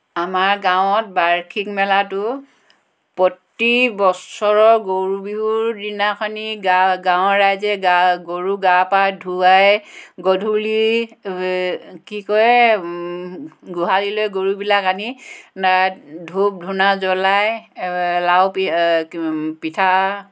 আমাৰ গাঁৱত বাৰ্ষিক মেলাটো প্ৰতি বছৰৰ গৰু বিহুৰ দিনাখনি গাঁৱৰ ৰাইজে গা গৰুক গা পা ধুৱাই গধূলি কি কয় গোহালিলৈ গৰুবিলাক আনি ধূপ ধূনা জ্বলাই লাউ পিঠা